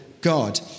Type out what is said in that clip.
God